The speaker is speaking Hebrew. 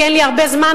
כי אין לי הרבה זמן,